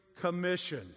Commission